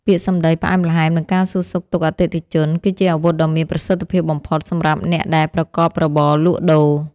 ពាក្យសម្តីផ្អែមល្ហែមនិងការសួរសុខទុក្ខអតិថិជន គឺជាអាវុធដ៏មានប្រសិទ្ធភាពបំផុតសម្រាប់អ្នកដែលប្រកបរបរលក់ដូរ។